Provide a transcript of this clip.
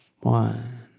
One